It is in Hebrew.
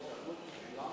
כשהוא גסס, מה שלומך?